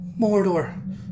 Mordor